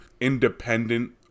independent